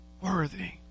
worthy